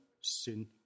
sin